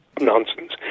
nonsense